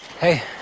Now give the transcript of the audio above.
Hey